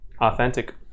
authentic